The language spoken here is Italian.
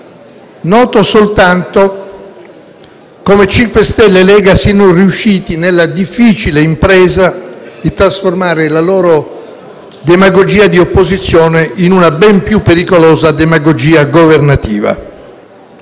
Noto soltanto come cinquestelle e Lega siano riusciti nella difficile impresa di trasformare la loro demagogia di opposizione in una ben più pericolosa demagogia governativa.